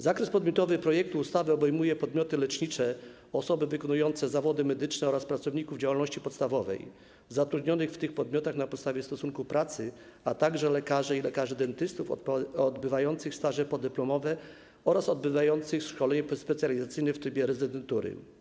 Zakres podmiotowy projektu ustawy obejmuje podmioty lecznicze, osoby wykonujące zawody medyczne oraz pracowników działalności podstawowej zatrudnionych w tych podmiotach na podstawie stosunku pracy, a także lekarzy i lekarzy dentystów odbywających staże podyplomowe oraz odbywających szkolenie specjalizacyjne w trybie rezydentury.